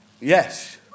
yes